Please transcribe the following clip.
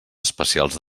especials